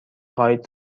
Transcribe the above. خواهید